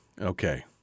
Okay